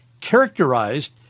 characterized